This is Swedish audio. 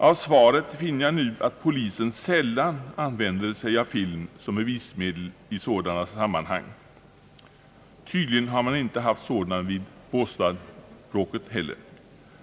Av svaret finner jag att polisen sällan använder sig av film som bevismedel i sådana sammanhang. Tydligen har man inte heller haft sådan vid båstadsbråket.